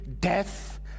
death